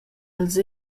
els